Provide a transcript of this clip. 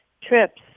trips